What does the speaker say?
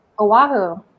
Oahu